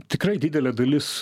tikrai didelė dalis